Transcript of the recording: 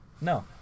No